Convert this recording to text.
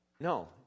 no